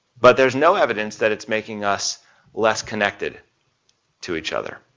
but there's no evidence that it's making us less connected to each other.